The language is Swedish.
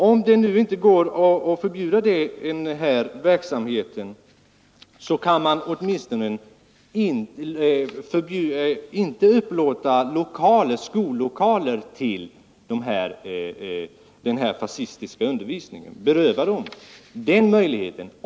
Om det inte går att förbjuda den här verksamheten, så kan man åtminstone beröva vederbörande organisation möjligheten att få skollokaler upplåtna för den fascistiska undervisningen.